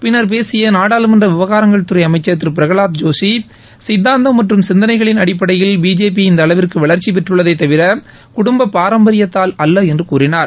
பின்னர் பேசிய நாடாளுமன்ற விவகாரங்கள்துறை அமைச்சர் திரு பிரகலாத் ஜோஷி சித்தாந்தம் மற்றும் சிந்தனைகளின் அடிப்படையில் பிஜேபி இந்த அளவிற்கு வளர்ச்சி பெற்றுள்ளதே தவிர குடும்ப பாரம்பரியத்தால் அல்ல என்று கூறினார்